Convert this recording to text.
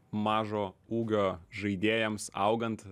mažo ūgio žaidėjams augant